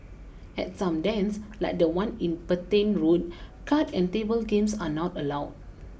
at some dens like the one in Petain Road card and table games are not allowed